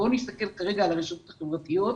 בוא נסתכל כרגע על הרשתות החברתיות,